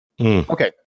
Okay